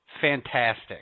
fantastic